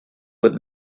with